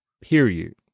period